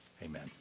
Amen